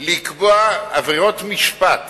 לקבוע עבירות משפט